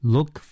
Look